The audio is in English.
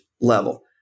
level